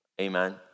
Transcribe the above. Amen